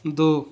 ਦੋ